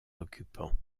occupants